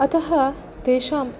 अतः तेषां